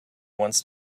wants